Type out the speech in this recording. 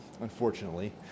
unfortunately